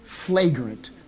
flagrant